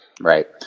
Right